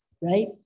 Right